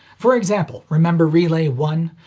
for example, remember relay one?